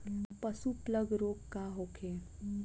पशु प्लग रोग का होखे?